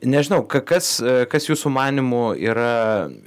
nežinauka kas kas jūsų manymu yra